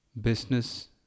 business